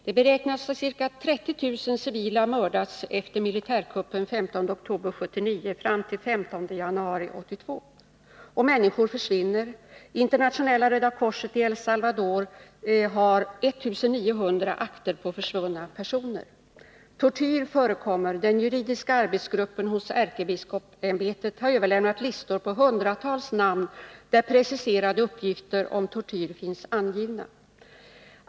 Det beräknas att ca 30 000 civila har mördats efter militärkuppen den 15 oktober 1979 till den 15 januari 1982, och människor försvinner. Internationella röda korset i El Salvador har 1900 akter om försvunna personer. Tortyr förekommer. Den juridiska arbetsgruppen vid ärkebiskopsämbetet har överlämnat listor på hundratals namn med preciserade uppgifter om tortyr.